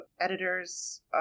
editors